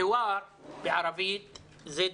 חיוואר בערבית זה דיאלוג,